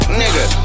nigga